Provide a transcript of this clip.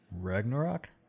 Ragnarok